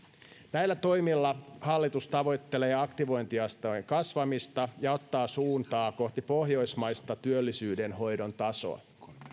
näillä toimilla hallitus tavoittelee aktivointiasteen kasvamista ja ottaa suuntaa kohti pohjoismaista työllisyydenhoidon tasoa